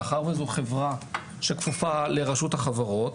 מאחר וזו חברה שכפופה לרשות החברות,